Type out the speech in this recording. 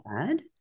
add